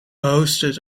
hosted